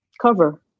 cover